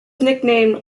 nicknamed